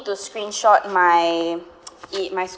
to screenshot my it my